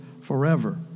forever